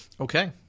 Okay